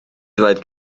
dweud